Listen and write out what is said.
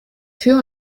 für